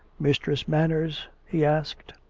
mistress manners? he asked.